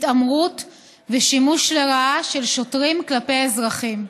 התעמרות ושימוש לרעה בכוח של שוטרים כלפי אזרחים.